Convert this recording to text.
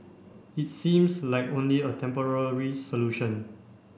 it seems like only a temporary solution